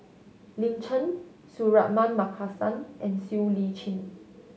Lin Chen Suratman Markasan and Siow Lee Chin